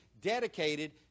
dedicated